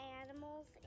animals